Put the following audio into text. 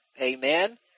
amen